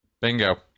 Bingo